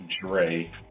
Dre